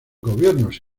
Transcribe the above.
gobiernos